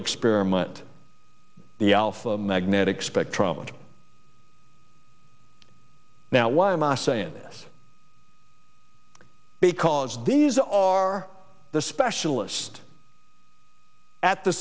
experiment the alpha magnetic spectrometer now why am i saying this because these are the specialist